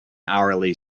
hourly